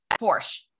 Porsche